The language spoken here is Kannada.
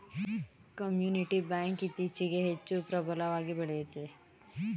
ಕಮ್ಯುನಿಟಿ ಬ್ಯಾಂಕ್ ಇತ್ತೀಚೆಗೆ ಹೆಚ್ಚು ಪ್ರಬಲವಾಗಿ ಬೆಳೆಯುತ್ತಿದೆ